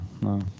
No